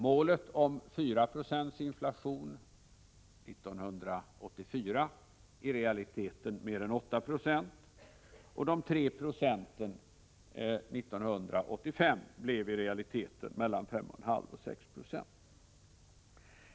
Målet om 4 Ye inflation 1984 blev, som vi alla vet, i realiteten mer än 8 2c, och 3 I inflation 1985 blev i realiteten mellan 5,5 och 6 96.